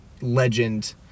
legend